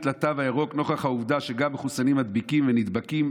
לתו הירוק נוכח העובדה שגם מחוסנים מדביקים ונדבקים,